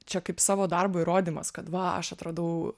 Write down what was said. čia kaip savo darbo įrodymas kad va aš atradau